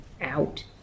out